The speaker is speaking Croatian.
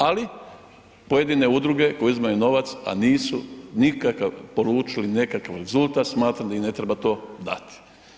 Ali, pojedine ugovore, koje uzimaju novac, a nisu nikakav poručili nekakav rezultat smatram da im ne treba to dati.